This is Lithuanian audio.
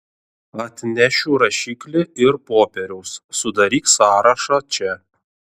atnešiu rašiklį ir popieriaus sudaryk sąrašą čia